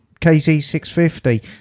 KZ650